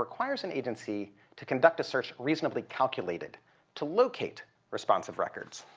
requires an agency to conduct a search reasonably calculated to locate responsive records.